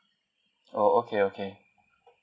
oh okay okay